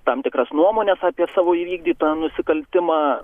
tam tikras nuomones apie savo įvykdytą nusikaltimą